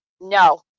No